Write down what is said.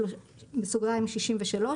(71)275של אימ"ו,